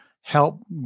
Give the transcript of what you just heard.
help